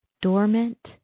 dormant